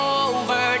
over